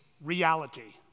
reality